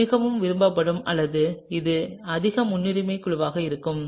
இது மிகவும் விரும்பப்படும் அல்லது இது அதிக முன்னுரிமை குழுவாக இருக்கும்